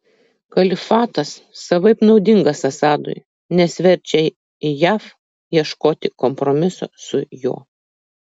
kalifatas savaip naudingas assadui nes verčia jav ieškoti kompromiso su juo